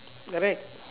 correct